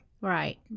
Right